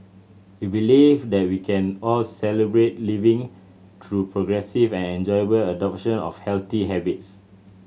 we believe that we can all Celebrate Living through progressive and enjoyable adoption of healthy habits